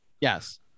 Yes